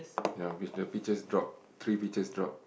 ya with the peaches drop three peaches drop